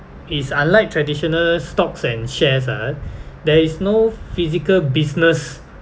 is unlike traditional stocks and shares ah there is no physical business